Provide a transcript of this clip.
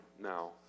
Now